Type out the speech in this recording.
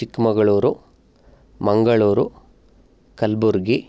Chikmagaluru Mangaluru Kalburgi